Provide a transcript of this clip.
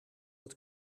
het